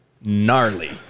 gnarly